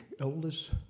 elders